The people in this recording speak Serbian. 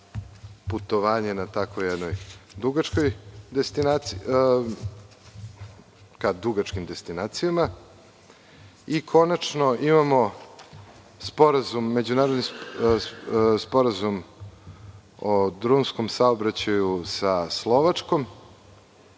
putovanje na tako jednoj dugačkoj destinaciji. Konačno, imamo međunarodni Sporazum o drumskom saobraćaju sa Slovačkom.